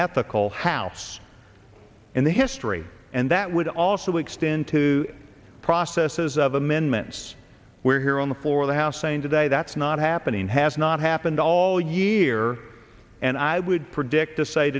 ethical house in the history and that would also extend to processes of amendments were here on the floor of the house saying today that's not happening has not happened all year and i would predict to say